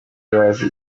bazi